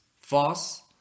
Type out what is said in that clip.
false